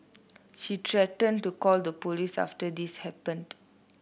she threatened to call the police after this happened